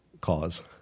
cause